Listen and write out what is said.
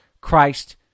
Christ